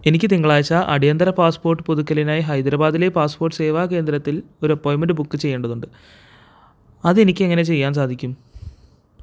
എനിക്ക് തിങ്കളാഴ്ച അടിയന്തിര പാസ്പോട്ട് പുതുക്കലിനായി ഹൈദരാബാദ് ലെ പാസ്പോട്ട് സേവാ കേന്ദ്രത്തിൽ ഒരു അപ്പോയിൻ്റ്മെൻ്റ് ബുക്ക് ചെയ്യേണ്ടതുണ്ട് അത് എനിക്ക് എങ്ങനെ ചെയ്യാന് സാധിക്കും